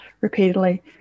repeatedly